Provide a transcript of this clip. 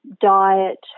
diet